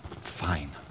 fine